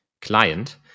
client